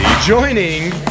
Joining